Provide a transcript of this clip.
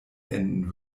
enden